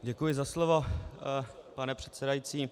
Děkuji za slovo, pane předsedající.